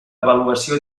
avaluació